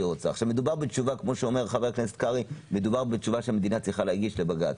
מדובר בתשובה שהמדינה צריכה להגיש לבג"ץ.